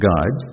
God